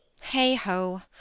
Hey-ho